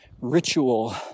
ritual